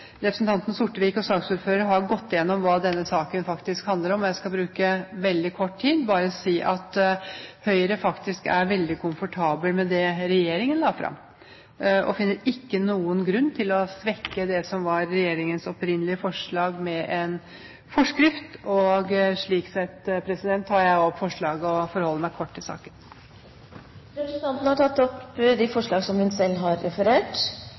representanten Sortevik og saksordføreren har gått gjennom hva denne saken faktisk handler om, og jeg skal bruke veldig kort tid. Jeg vil bare si at Høyre faktisk er veldig komfortabel med det regjeringen la fram, og finner ingen grunn til å svekke det som var regjeringens opprinnelige forslag med en forskrift. Jeg tar opp forslaget fra Høyre og fatter meg i korthet i saken. Representanten Ingjerd Schou har tatt opp det forslaget hun